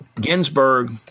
Ginsburg